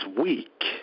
weak